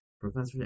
professor